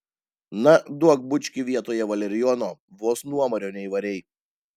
na duok bučkį vietoje valerijono vos nuomario neįvarei